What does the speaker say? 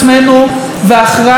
וההכרעה קריטית,